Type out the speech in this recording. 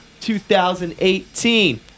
2018